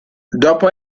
dopo